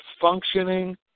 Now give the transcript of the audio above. functioning